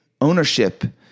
ownership